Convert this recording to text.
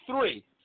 three